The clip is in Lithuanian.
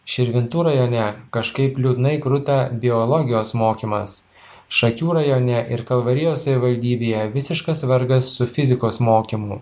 širvintų rajone kažkaip liūdnai kruta biologijos mokymas šakių rajone ir kalvarijos savivaldybėje visiškas vargas su fizikos mokymu